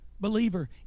Believer